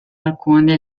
alcune